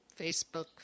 Facebook